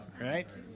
right